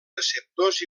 receptors